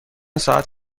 ساعت